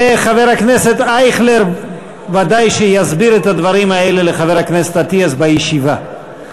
וחבר הכנסת אייכלר ודאי יסביר את הדברים האלה לחבר הכנסת אטיאס בישיבה,